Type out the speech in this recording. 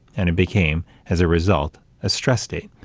and it became, as a result, a stress state.